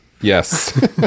Yes